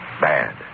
Bad